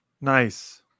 Nice